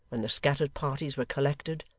when the scattered parties were collected,